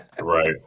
Right